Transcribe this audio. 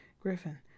Griffin